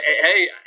hey